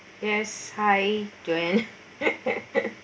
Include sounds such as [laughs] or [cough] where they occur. yes hi joanne [laughs]